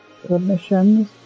permissions